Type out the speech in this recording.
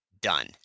Done